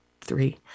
three